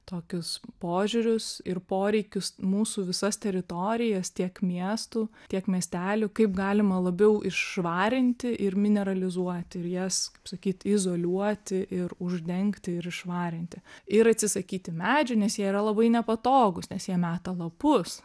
tokius požiūrius ir poreikius mūsų visas teritorijas tiek miestų tiek miestelių kaip galima labiau iššvarinti ir mineralizuoti ir jas sakyt izoliuoti ir uždengti ir iššvarinti ir atsisakyti medžių nes jie yra labai nepatogūs nes jie meta lapus